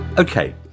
Okay